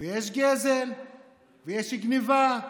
ויש גזל ויש גנבה.